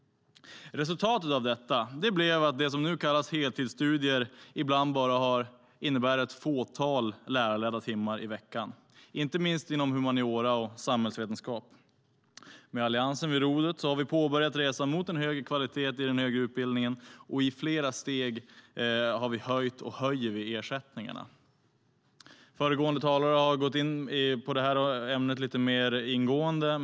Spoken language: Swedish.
Resultatet av detta blev att det som nu kallas heltidsstudier ibland bara innebar ett fåtal lärarledda timmar i veckan, inte minst inom humaniora och samhällsvetenskap. Med Alliansen vid rodret har vi påbörjat resan mot högre kvalitet i den högre utbildningen. I flera steg har vi höjt och höjer ersättningarna. Föregående talare har gått in på detta ämne lite mer ingående.